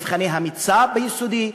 מבחני המיצ"ב ביסודי,